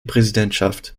präsidentschaft